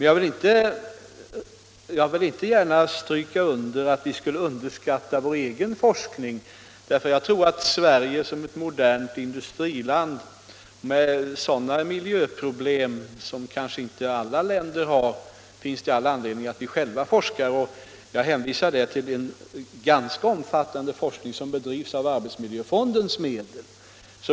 Jag vill däremot understryka att vi inte skall underskatta vår egen forskning. Jag tror att det för Sverige som ett modernt industriland med miljöproblem som kanske inte alla länder har finns all anledning att vi själva forskar. Jag hänvisar i det sammanhanget till den ganska omfattande forskning som bedrivs med medel ur arbetsmiljöfonden.